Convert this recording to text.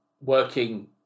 working